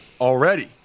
Already